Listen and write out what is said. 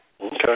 Okay